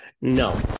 No